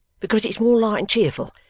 because it's more light and cheerful,